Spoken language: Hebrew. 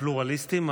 הפלורליסטים?